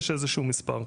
יש איזה שהוא מספר.